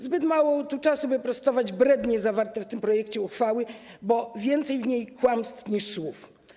Zbyt mało tu czasu, by prostować brednie zawarte w tym projekcie uchwały, bo więcej w niej kłamstw niż słów.